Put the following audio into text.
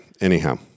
anyhow